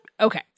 okay